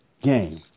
game